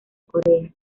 corea